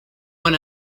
won